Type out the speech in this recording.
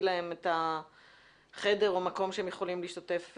להם חדר או מקום שהם יכולים להשתתף?